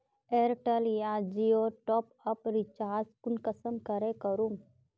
Airtel या जियोर top up recharge कुंसम करे करूम?